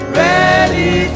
ready